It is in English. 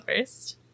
first